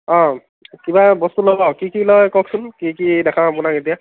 অঁ কিবা বস্তু ল'ব কি কি লয় কওকচোন কি কি দেখাম আপোনাক এতিয়া